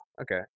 Okay